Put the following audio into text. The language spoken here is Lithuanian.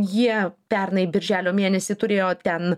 jie pernai birželio mėnesį turėjo ten